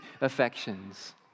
affections